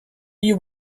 you